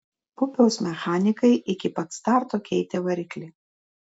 pupiaus mechanikai iki pat starto keitė variklį